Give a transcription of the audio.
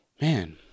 Man